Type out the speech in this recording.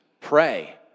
Pray